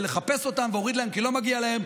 לחפש אותם והוריד להם כי לא מגיע להם,